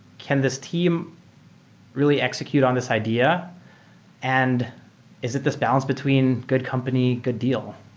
can this team really execute on this idea and is it this balance between good company, good deal?